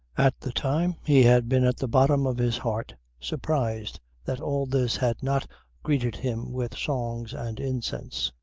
at the time he had been at the bottom of his heart surprised that all this had not greeted him with songs and incense,